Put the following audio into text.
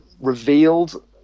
revealed